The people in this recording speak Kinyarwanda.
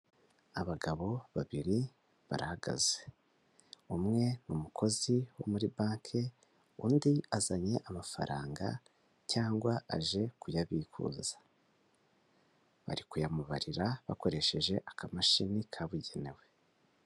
Abagabo babiri barahagaze umwe n'umukozi wo muri banki, undi azanye amafaranga cyangwa aje kuyabikuza bari kuyamubarira bakoresheje akamashini kabugenewe.